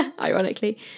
ironically